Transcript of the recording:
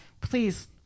please